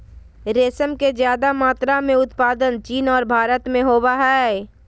रेशम के ज्यादे मात्रा में उत्पादन चीन और भारत में होबय हइ